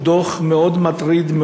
הוא דוח מאוד מטריד,